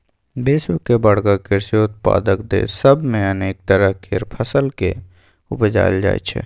विश्व के बड़का कृषि उत्पादक देस सब मे अनेक तरह केर फसल केँ उपजाएल जाइ छै